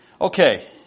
Okay